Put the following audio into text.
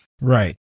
Right